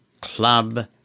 club